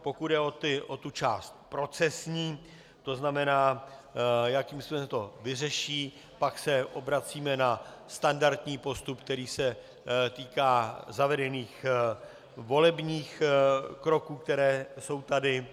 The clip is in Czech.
Pokud jde o část procesní, tzn. jakým způsobem se to vyřeší, pak se obracíme na standardní postup, který se týká zavedených volebních kroků, které jsou tady.